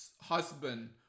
husband